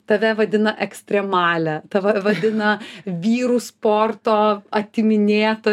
tave vadina ekstremale tave vadina vyrų sporto atiminėta